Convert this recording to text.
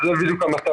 זו בדיוק המטרה שלו,